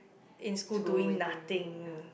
in school doing nothing